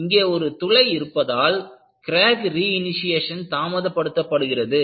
இங்கே ஒரு துளை இருப்பதால் கிராக் ரீ இணிஷியேஷன் தாமதப்படுத்தப்படுகிறது